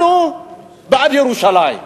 אנחנו בעד ירושלים,